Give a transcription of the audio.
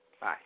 Bye